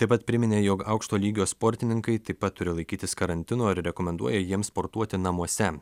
taip pat priminė jog aukšto lygio sportininkai taip pat turi laikytis karantino ir rekomenduoja jiems sportuoti namuose